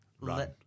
Run